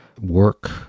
Work